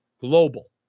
global